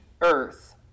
earth